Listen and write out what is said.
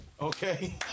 Okay